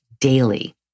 daily